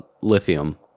lithium